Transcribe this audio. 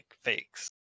fakes